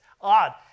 odd